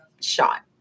shot